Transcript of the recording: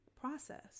process